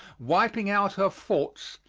wiping out her forts,